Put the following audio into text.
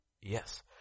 Yes